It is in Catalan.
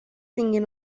tinguin